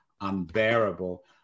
unbearable